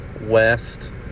West